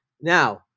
Now